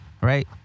right